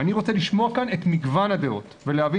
ואני רוצה לשמוע כאן את מגוון הדעות ולהבין